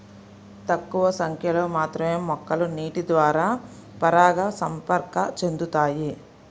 తక్కువ సంఖ్యలో మాత్రమే మొక్కలు నీటిద్వారా పరాగసంపర్కం చెందుతాయి